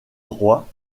roi